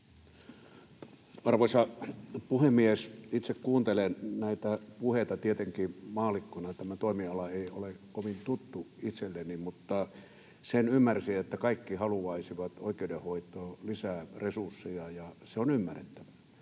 Arvoisa puhemies! Itse kuuntelen näitä puheita tietenkin maallikkona. Tämä toimiala ei ole kovin tuttu itselleni, mutta sen ymmärsin, että kaikki haluaisivat oikeudenhoitoon lisää resursseja, ja se on ymmärrettävää.